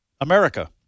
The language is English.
America